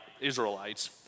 Israelites